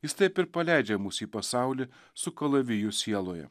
jis taip ir paleidžia mus į pasaulį su kalaviju sieloje